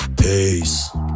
Peace